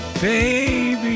baby